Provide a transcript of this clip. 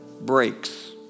breaks